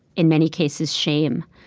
in many cases, shame.